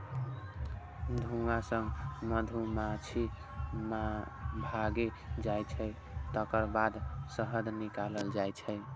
धुआं सं मधुमाछी भागि जाइ छै, तकर बाद शहद निकालल जाइ छै